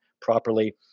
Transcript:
properly